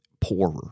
poorer